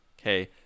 Okay